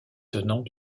tenant